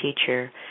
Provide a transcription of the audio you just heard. teacher